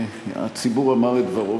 שהציבור אמר את דברו,